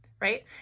right